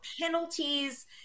penalties